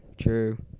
true